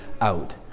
out